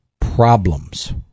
problems